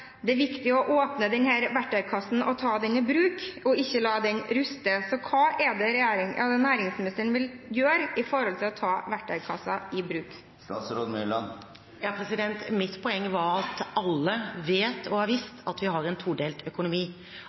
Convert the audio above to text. er viktig å åpne verktøykassen, ta den i bruk og ikke la den ruste. Så hva er det næringsministeren vil gjøre med tanke på å ta verktøykassen i bruk? Mitt poeng var at alle vet og har visst at vi har en todelt økonomi.